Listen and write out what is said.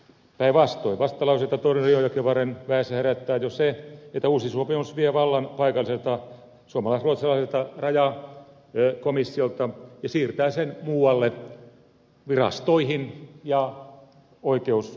vastalauseita tornionjokivarren väessä herättää jo se että uusi sopimus vie vallan paikalliselta suomalais ruotsalaiselta rajakomissiolta ja siirtää sen muualle virastoihin ja oikeuskäytäntöihin